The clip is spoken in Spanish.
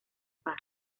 paz